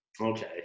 Okay